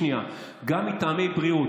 שנייה: גם מטעמי בריאות,